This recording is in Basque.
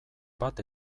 bat